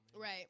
Right